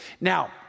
Now